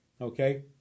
Okay